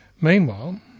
Meanwhile